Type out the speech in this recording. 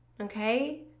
okay